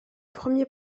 premier